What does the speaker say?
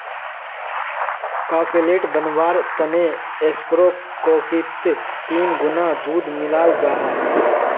cafe latte बनवार तने espresso कोफ्फीत तीन गुणा दूध मिलाल जाहा